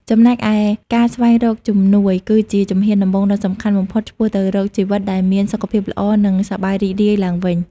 ចំណែកឯ ការស្វែងរកជំនួយ គឺជាជំហានដំបូងដ៏សំខាន់បំផុតឆ្ពោះទៅរកជីវិតដែលមានសុខភាពល្អ និងសប្បាយរីករាយឡើងវិញ។